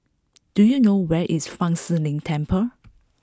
do you know where is Fa Shi Lin Temple